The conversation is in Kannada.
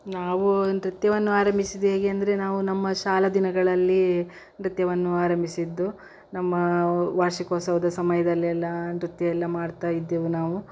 ನಾವು ನೃತ್ಯವನ್ನು ಆರಂಭಿಸಿದ್ದು ಹೇಗೆ ಅಂದರೆ ನಾವು ನಮ್ಮ ಶಾಲಾ ದಿನಗಳಲ್ಲಿ ನೃತ್ಯವನ್ನು ಆರಂಭಿಸಿದ್ದು ನಮ್ಮ ವಾರ್ಷಿಕೋತ್ಸವದ ಸಮಯದಲ್ಲೆಲ್ಲಾ ನೃತ್ಯ ಎಲ್ಲ ಮಾಡ್ತಾ ಇದ್ದೆವು ನಾವು